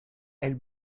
elle